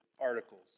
articles